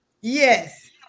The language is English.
yes